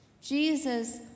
Jesus